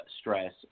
stress